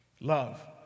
Love